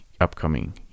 upcoming